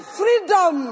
freedom